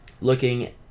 looking